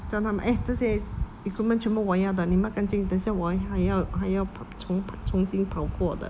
叫他们 eh 这些 equipment 全部我要的你抹干净等一下我还要还要重重新跑过的